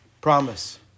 Promise